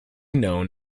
known